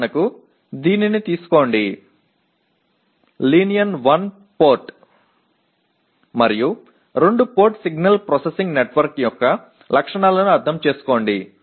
எடுத்துக்காட்டாக இதை எடுத்துக் கொள்ளுங்கள் நேரியல் ஒன் போர்ட் மற்றும் இரண்டு போர்ட் சிக்னல் செயலாக்க நெட்வொர்க்கின் சிறப்பியல்புகளைப் புரிந்து கொள்ளுங்கள்